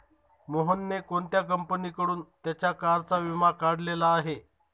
मोहनने कोणत्या कंपनीकडून त्याच्या कारचा विमा काढलेला आहे?